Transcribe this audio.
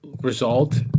result